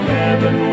heaven